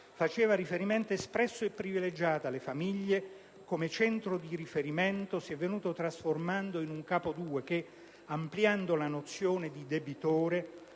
faceva riferimento espresso e privilegiato alle famiglie come centro di riferimento, si è venuto trasformando in un Capo II che, ampliando la nozione di "debitore"